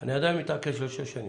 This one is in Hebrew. אני עדיין מתעקש על שש שנים.